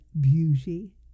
beauty